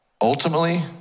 ultimately